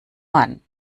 mann